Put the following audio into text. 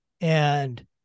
and-